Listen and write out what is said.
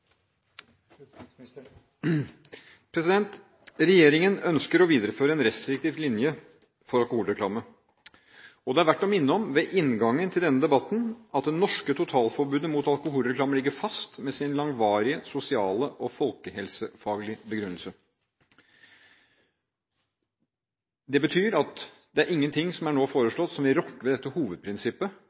verdt å minne om ved inngangen til denne debatten at det norske totalforbudet mot alkoholreklame ligger fast – med sin langvarige sosiale og folkehelsefaglige begrunnelse. Det betyr at ingenting ved det som nå er foreslått, vil rokke ved dette hovedprinsippet